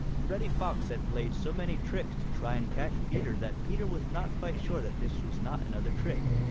reddy fox had played so many tricks to try and catch peter that peter was not quite sure that this was not another trick.